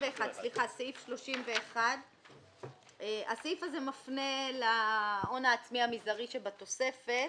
סעיף 31. הסעיף הזה מפנה להון העצמי המזערי שבתוספת.